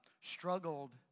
struggled